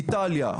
איטליה,